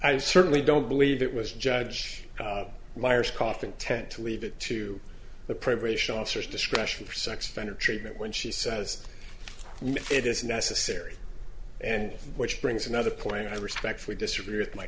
i certainly don't believe it was judge miers coughing tend to leave it to the preparation officers discretion for sex offender treatment when she says it is necessary and which brings another point i respectfully disagree with my